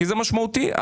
וזה משמעותי,